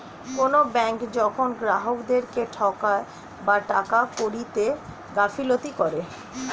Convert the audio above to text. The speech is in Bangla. কোনো ব্যাঙ্ক যখন গ্রাহকদেরকে ঠকায় বা টাকা কড়িতে গাফিলতি করে